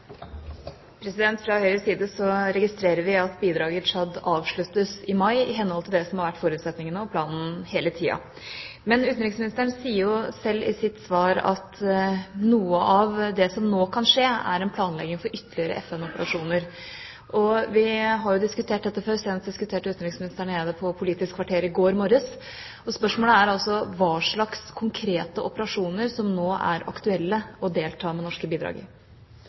Høyres side registrerer vi at bidraget i Tsjad avsluttes i mai i henhold til det som har vært forutsetningen og planen hele tida. Men utenriksministeren sier sjøl i sitt svar at noe av det som nå kan skje, er en planlegging for ytterligere FN-operasjoner. Vi har jo diskutert dette før; senest diskuterte utenriksministeren og jeg det på Politisk kvarter i går morges. Spørsmålet er i hva slags konkrete operasjoner det nå er aktuelt å delta med norske bidrag. Jeg kan ikke gå i